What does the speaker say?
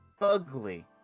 Ugly